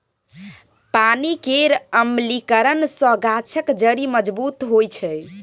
पानि केर अम्लीकरन सँ गाछक जड़ि मजबूत होइ छै